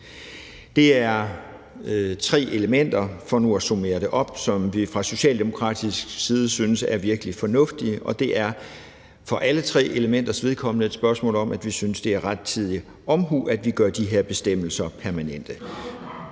er det tre elementer, som vi fra socialdemokratisk side synes er virkelig fornuftige. Og det er for alle tre elementers vedkommende et spørgsmål om, at vi synes, at det er rettidig omhu, at vi gør de her bestemmelser permanente.